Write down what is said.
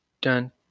Done